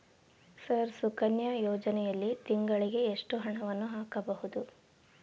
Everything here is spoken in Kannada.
ಸರ್ ಸುಕನ್ಯಾ ಯೋಜನೆಯಲ್ಲಿ ತಿಂಗಳಿಗೆ ಎಷ್ಟು ಹಣವನ್ನು ಹಾಕಬಹುದು?